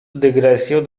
dygresję